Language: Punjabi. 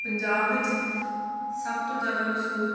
ਪੰਜਾਬ ਵਿੱਚ ਸਭ ਤੋਂ ਜ਼ਿਆਦਾ ਮਸ਼ਹੂਰ